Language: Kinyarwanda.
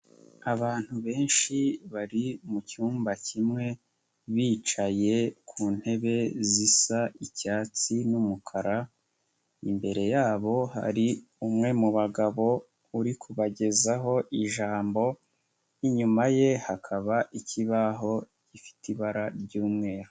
Abantu benshi bari mu cyumba kimwe bicaye ku ntebe zisa icyatsi n'umukara, imbere yabo hari umwe mu bagabo uri kubagezaho ijambo, inyuma ye hakaba ikibaho gifite ibara ry'mweru.